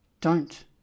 Don't